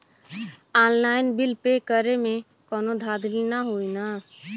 Online bill pay करे में कौनो धांधली ना होई ना?